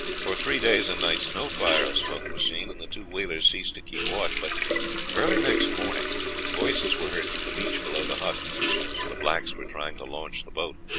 for three days and nights no fire or smoke was seen, and the two whalers ceased to keep watch. but early next morning voices were heard from the beach below the hut the blacks were trying to launch the boat.